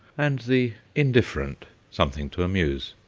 and the indifferent, something to amuse.